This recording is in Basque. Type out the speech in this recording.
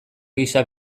gisa